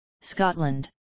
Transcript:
Scotland